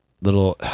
little